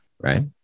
right